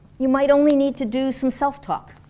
you might only need to do some self-talk